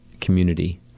community